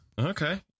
Okay